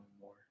more